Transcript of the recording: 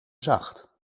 zacht